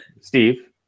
Steve